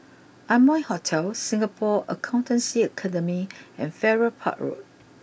Amoy Hotel Singapore Accountancy Academy and Farrer Park Road